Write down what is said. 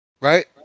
Right